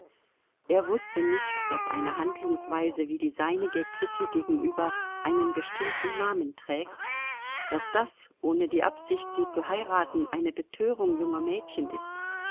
er wußte nicht daß eine handlungsweise wie die seinige kitty gegenüber einen bestimmten namen trägt daß das ohne die absicht sie zu heiraten eine betörung junger mädchen ist